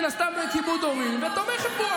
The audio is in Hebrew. הבת שלו מקיימת מן הסתם כיבוד הורים ותומכת בו.